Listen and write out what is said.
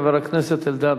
חבר הכנסת אלדד,